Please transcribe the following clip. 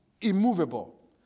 immovable